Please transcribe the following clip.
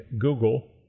Google